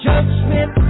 Judgment